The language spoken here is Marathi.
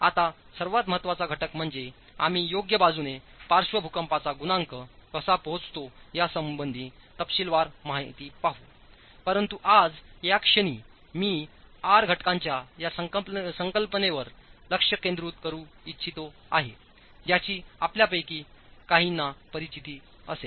आता सर्वात महत्त्वाचा घटक म्हणजे आम्ही योग्य बाजूने पार्श्व भूकंपाचा गुणांक कसा पोहोचतो यासंबंधी तपशीलवार माहिती पाहूपरंतु आज या क्षणी मी आर घटकांच्या या संकल्पनेवर लक्ष केंद्रित करू इच्छित आहे ज्याची आपल्यापैकी काहीपरिचित असतील